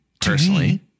personally